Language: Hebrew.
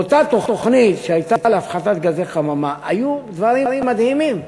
באותה תוכנית שהייתה להפחתת פליטות גזי חממה היו דברים מדהימים.